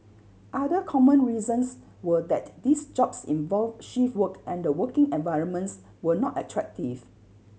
other common reasons were that these jobs involved shift work and the working environments were not attractive